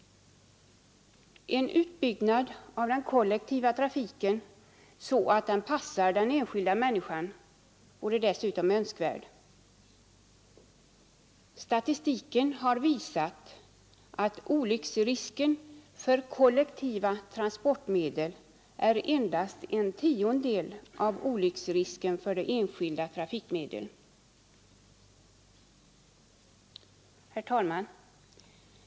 En utbyggnad av den kollektiva trafiken så att den passar den enskilda människan vore dessutom önskvärd. Statistiken har visat att olycksrisken för kollektiva transportmedel är endast en tiondel av olycksrisken för de enskilda trafikmedlen. Herr talman!